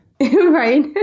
Right